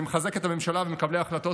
אני מחזק את הממשלה ומקבלי ההחלטות